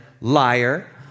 liar